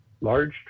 large